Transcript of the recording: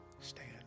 Stand